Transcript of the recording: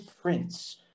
prince